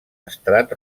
estrat